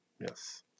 Yes